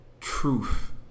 truth